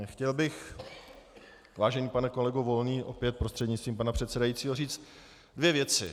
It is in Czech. Chtěl bych, vážený pane kolego Volný, opět prostřednictvím pana předsedajícího, říci dvě věci.